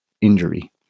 injury